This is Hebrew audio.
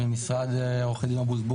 ממשרד עורכי דין אובוז,